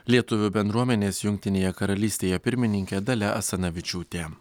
lietuvių bendruomenės jungtinėje karalystėje pirmininkė dalia asanavičiūtė